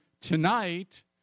tonight